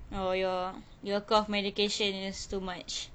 oh your your cough medication is too much